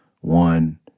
one